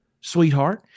sweetheart